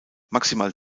maximal